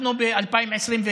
אנחנו ב-2021,